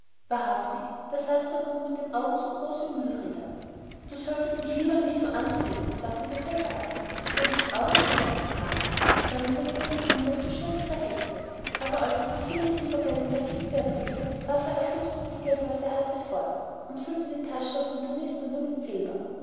wahrhaftig da saß der hund mit den augen so groß wie mühlräder du solltest mich lieber nicht so ansehen sagte der soldat du könntest augenschmerzen bekommen und dann setzte er den hund auf die schürze der hexe aber als er das viele silbergeld in der kiste erblickte warf er all das kupfergeld was er hatte fort und füllte die taschen und den tornister nur mit silber